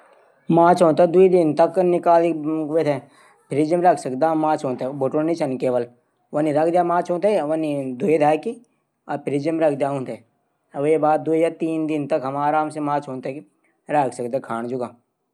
मांस त इकठा रखणू कू जनकै कू ज्यादा समय त चल साकी वाकुन हमथै मांस थै फ्रीजर मा रखण से यह कई महीनो तक चल सकूदू। या त मांस थै वैक्यूम पैक हवा थै बाहर निकाली जै सकदू जैसे मांस गुणवत्ता बणी राली